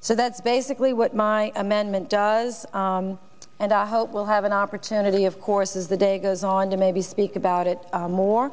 so that's basically what my amendment does and i hope we'll have an opportunity of course is the day goes on to maybe speak about it more